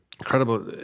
incredible